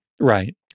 right